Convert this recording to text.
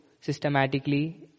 systematically